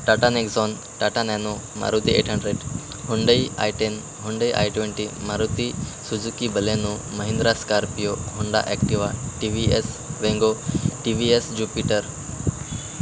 Tata Nexon Tata Nano Maruti eight hundred Hyundai i ten Hyundai i twenty Maruti Suzuki Baleno Mahindra Scorpio Honda Activa T V S Wego T V S Jupiter